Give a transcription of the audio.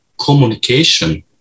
communication